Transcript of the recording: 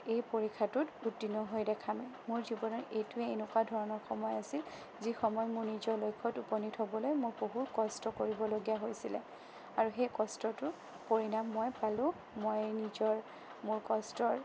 এই পৰীক্ষাটোত উত্তীৰ্ণ হৈ দেখাম মোৰ জীৱনৰ এইটোৱেই এনেকুৱা ধৰণৰ সময় আছিল যিসময় মোক নিজৰ লক্ষত উপণীত হ'বলৈ মই বহুতে কষ্ট কৰিবলগীয়া হৈছিল আৰু এই কষ্টৰ পৰিণাম মই পালোঁ মই নিজৰ মোৰ কষ্টৰ